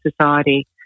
society